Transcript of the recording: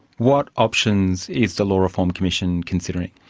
what options is the law reform commission considering?